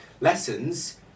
lessons